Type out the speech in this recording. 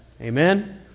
Amen